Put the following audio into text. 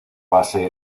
base